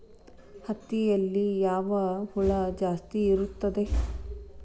ಹತ್ತಿಯಲ್ಲಿ ಯಾವ ಹುಳ ಜಾಸ್ತಿ ಬರುತ್ತದೆ?